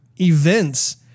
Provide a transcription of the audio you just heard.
events